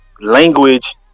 language